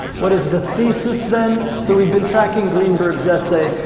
what is the thesis then? so we've been tracking greenberg's essay,